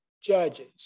judges